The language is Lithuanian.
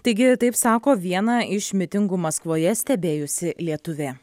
taigi taip sako viena iš mitingų maskvoje stebėjusi lietuvė